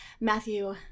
Matthew